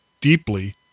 deeply